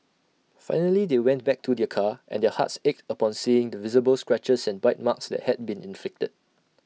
finally they went back to their car and their hearts ached upon seeing the visible scratches and bite marks that had been inflicted